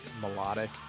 melodic